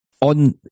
On